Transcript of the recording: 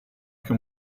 che